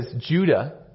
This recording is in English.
Judah